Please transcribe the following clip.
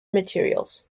materials